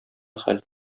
хәл